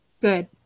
Good